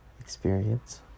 experience